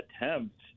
attempt